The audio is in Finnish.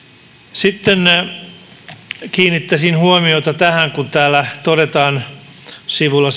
sitten kiinnittäisin huomiota tähän kun täällä todetaan sivulla